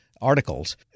articles